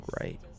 right